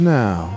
now